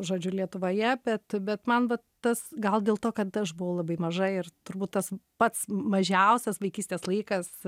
žodžiu lietuvoje bet bet man vat tas gal dėl to kad aš buvau labai maža ir turbūt tas pats mažiausias vaikystės laikas